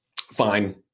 Fine